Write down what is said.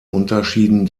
unterschieden